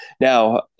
Now